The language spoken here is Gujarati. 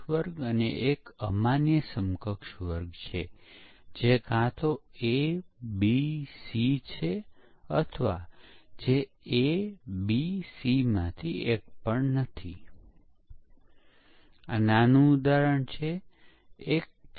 પરંતુ તે પછી દરેક ભૂલ એ ખામી ડિફેક્ટ અથવા બગનું કારણ બની શકે નહીં